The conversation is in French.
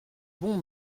bon